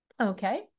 Okay